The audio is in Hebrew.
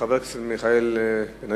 חבר הכנסת מיכאל בן-ארי,